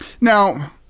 Now